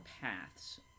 paths